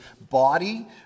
body